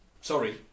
sorry